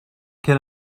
can